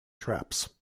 traps